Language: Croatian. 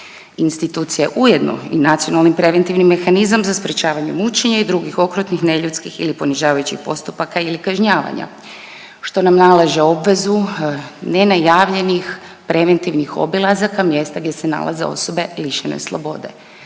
Institucije ujedno i nacionalnim preventivni mehanizam za sprječavanje mučenja i drugih okrutnih, neljudskih ili ponižavajućih postupaka ili kažnjavanja što nam nalaže obvezu nenajavljenih, preventivnih obilazaka mjesta gdje se nalaze osobe lišene slobode.